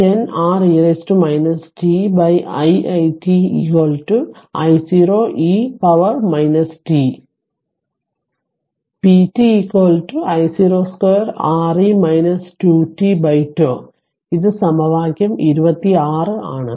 അതിനാൽ I0 R e t i i t I0 e power t അതിനാൽ p t I02R e 2 t τ ഇത് സമവാക്യം 26 ആണ്